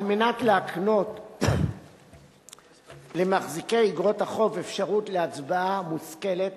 על מנת להקנות למחזיקי איגרות החוב אפשרות להצבעה מושכלת